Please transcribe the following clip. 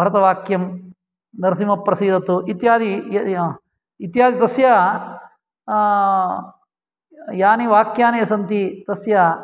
भरतवाक्यं नरसिंहः प्रसीदतु इत्यादि इत्यादि तस्य यानि वाक्यानि सन्ति तस्य